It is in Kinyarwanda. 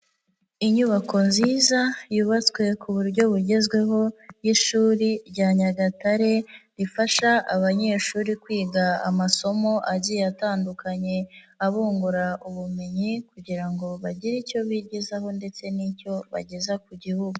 Inyubako nziza yubatswe ku buryo bugezweho y'ishuri rya Nyagatare rifasha abanyeshuri kwiga amasomo agiye atandukanye, abungura ubumenyi kugira ngo bagire icyo bigezaho ndetse n'icyo bageza ku gihugu.